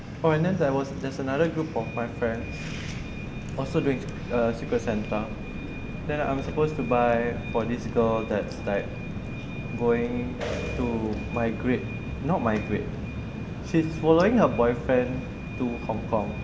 oh and then there's another group of my friend also doing a secret santa then I am supposed to buy for this girl that's like going to migrate not migrate she's following her boyfriend to hong kong